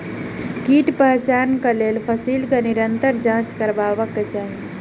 कीट पहचानक लेल फसीलक निरंतर जांच करबाक चाही